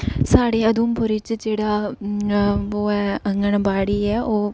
साढ़े उधमपुर च जेह्ड़ा वो ऐ अंगनबाड़ी ऐ ओह्